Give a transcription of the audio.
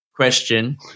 question